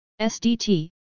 SDT